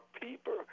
people